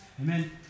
Amen